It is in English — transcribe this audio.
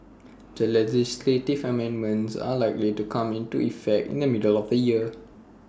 the legislative amendments are likely to come into effect in the middle of the year